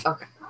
Okay